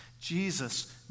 Jesus